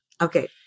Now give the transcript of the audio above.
Okay